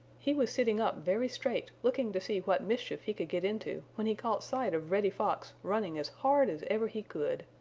he was sitting up very straight looking to see what mischief he could get into when he caught sight of reddy fox running as hard as ever he could.